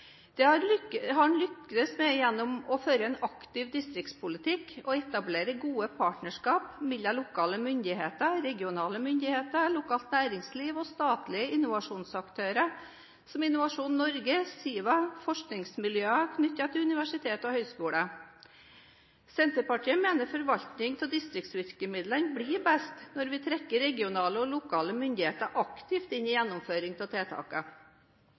Det har en lyktes med gjennom å føre en aktiv distriktspolitikk og å etablere gode partnerskap mellom lokale myndigheter, regionale myndigheter, lokalt næringsliv, statlige innovasjonsaktører som Innovasjon Norge, SIVA og forskningsmiljøer knyttet til universitet og høgskoler. Senterpartiet mener forvaltningen av distriktsvirkemidlene blir best når vi trekker regionale og lokale myndigheter aktivt inn i gjennomføring av